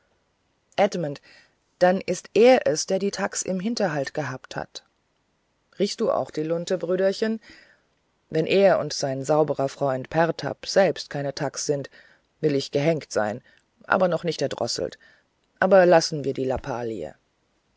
edmund dann ist der es der die thags im hinterhalt gehabt hat riechst du auch die lunte brüderchen wenn er und sein sauberer freund pertab selber keine thags sind will ich gehängt sein aber noch lange nicht erdrosselt aber lassen wir die lappalie